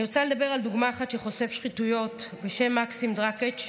אני רוצה לדבר על דוגמה אחת של חושף שחיתויות בשם מקסים דרקץ,